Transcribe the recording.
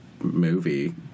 Movie